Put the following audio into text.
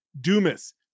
Dumas